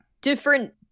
different